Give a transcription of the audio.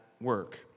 work